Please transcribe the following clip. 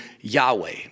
Yahweh